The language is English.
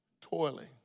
toiling